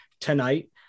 tonight